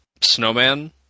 Snowman